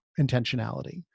intentionality